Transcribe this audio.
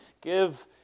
Give